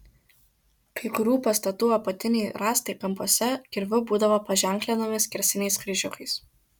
kai kurių pastatų apatiniai rąstai kampuose kirviu būdavo paženklinami skersiniais kryžiukais